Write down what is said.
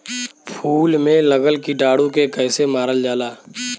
फूल में लगल कीटाणु के कैसे मारल जाला?